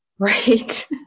Right